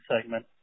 segment